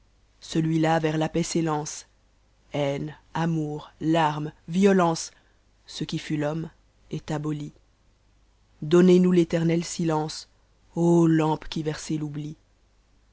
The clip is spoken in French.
celui-là vers la paix s'élance haine amour larmes violence ce qui fat l'homme est aboli donnez-nous l'éternel silence o lampe qui versez l'oubli